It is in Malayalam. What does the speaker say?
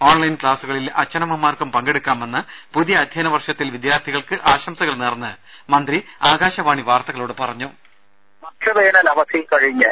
ഓൺലൈൻ ക്ലാസുകളിൽ അച്ഛനമ്മമാർക്കും പങ്കെടുക്കാമെന്ന് പുതിയ അധ്യയന വർഷത്തിൽ വിദ്യാർഥികൾക്ക് ആശംസകൾ നേർന്ന് മന്ത്രി ആകാശവാണി വാർത്തകളോട് പറഞ്ഞു